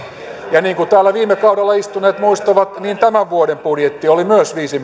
ja niin kuin täällä viime kaudella istuneet muistavat niin tämän vuoden budjetti oli myös viisi